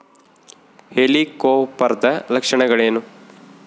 ಹೆಲಿಕೋವರ್ಪದ ಲಕ್ಷಣಗಳೇನು?